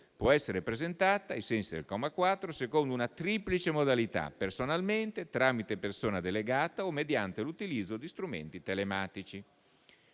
può essere presentata, ai sensi del comma 4, secondo una triplice modalità: personalmente, tramite persona delegata o mediante l'utilizzo di strumenti telematici.